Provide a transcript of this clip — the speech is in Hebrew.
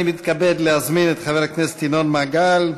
אני מתכבד להזמין את חבר הכנסת ינון מגל,